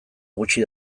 gutxi